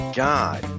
god